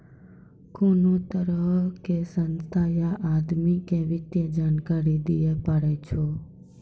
कोनो तरहो के संस्था या आदमी के वित्तीय जानकारी दियै पड़ै छै